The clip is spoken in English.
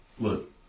look